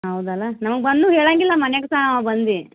ಹೌದಲ್ಲಾ ನಮ್ಗ ಬಂದು ಹೇಳಂಗಿಲ್ಲ ಮನೆಗೆ ಸಾ ಬಂದು